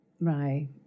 Right